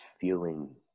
feeling